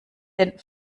den